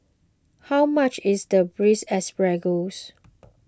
how much is Braised Asparagus